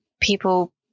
people